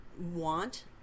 want